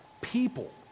people